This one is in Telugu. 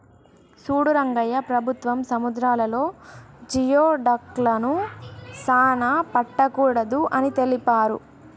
సూడు రంగయ్య ప్రభుత్వం సముద్రాలలో జియోడక్లను సానా పట్టకూడదు అని తెలిపారు